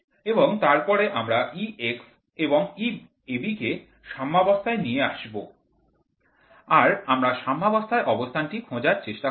এবং তারপর আমরা Ex এবং Eab কে সাম্যাবস্থা নিয়ে আসব আর আমরা সাম্যাবস্থার অবস্থানটি খোঁজার চেষ্টা করব